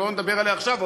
שלא נדבר עליה עכשיו,